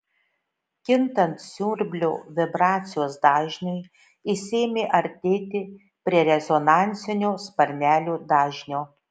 kintant siurblio vibracijos dažniui jis ėmė artėti prie rezonansinio sparnelių dažnio